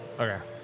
okay